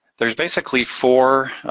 there's basically four,